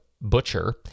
butcher